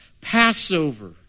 Passover